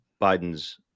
Biden's